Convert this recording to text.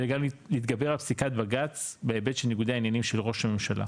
אלא גם להתגבר על פסיקת בג"צ בהיבט של ניגודי העניינים של ראש הממשלה.